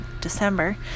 december